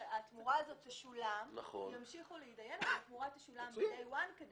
התמורה הזאת תשולם מ-day one.